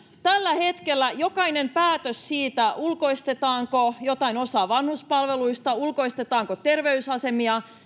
tällä hetkellä jokainen päätös siitä ulkoistetaanko jotain osaa vanhuspalveluista ulkoistetaanko terveysasemia